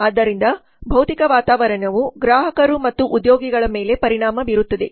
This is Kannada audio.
ಆದ್ದರಿಂದ ಭೌತಿಕ ವಾತಾವರಣವು ಗ್ರಾಹಕರು ಮತ್ತು ಉದ್ಯೋಗಿಗಳ ಮೇಲೆ ಪರಿಣಾಮ ಬೀರುತ್ತದೆ